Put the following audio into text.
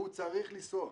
והוא צריך לנסוע,